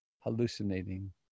hallucinating